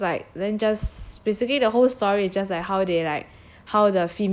then after that so it's like then just basically the whole story is just like how they like